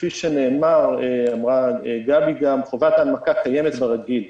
כפי שאמרה גם גבי, חובת ההנמקה קיימת ברגיל.